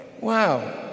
wow